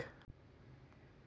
गाछ स हमसाक लकड़ी मिल छेक